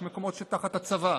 יש מקומות שתחת הצבא,